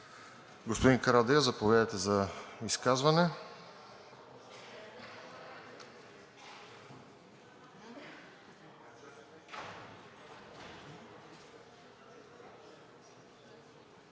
Господин Карадайъ, заповядайте за изказване.